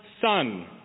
son